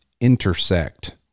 intersect